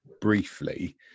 briefly